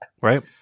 Right